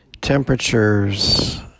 temperatures